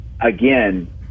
again